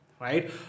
Right